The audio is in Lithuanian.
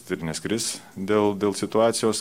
ir neskris dėl dėl situacijos